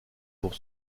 pour